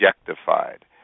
objectified